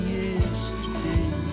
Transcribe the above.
yesterday